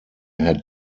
had